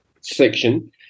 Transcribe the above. section